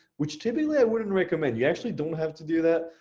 which typically i wouldn't recommend you actually don't have to do that.